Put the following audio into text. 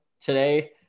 today